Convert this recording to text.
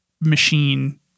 machine